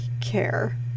care